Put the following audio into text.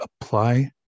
apply